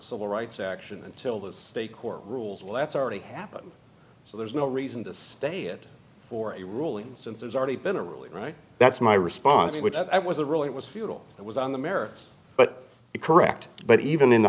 civil rights action until this state court rules well that's already happened so there's no reason to stay it for a ruling since there's already been a really right that's my response which i was a really it was futile it was on the merits but correct but even in the